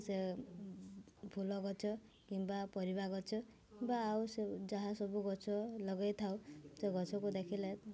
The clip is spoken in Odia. ସେ ଫୁଲ ଗଛ କିମ୍ବା ପରିବା ଗଛ ବା ଆଉ ସବୁ ଯାହା ସବୁ ଗଛ ଲଗାଇ ଥାଉ ସେ ଗଛକୁ ଦେଖିଲେ